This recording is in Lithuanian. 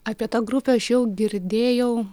apie tą grupę aš jau girdėjau